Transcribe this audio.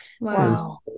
Wow